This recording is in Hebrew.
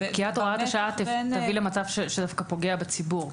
פקיעת הוראת השעה תביא למצב שאתה פוגע בציבור.